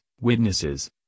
witnesses